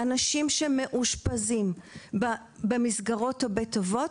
אנשים שמאושפזים במסגרות או בית אבות